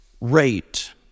rate